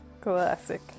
Classic